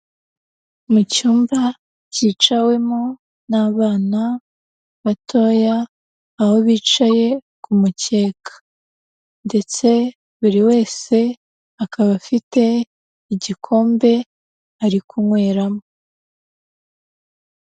Mu cyumba cyicawemo n'abana batoya, aho bicaye ku mukeka ndetse buri wese akaba afite igikombe ari kunyweramo.